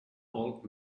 old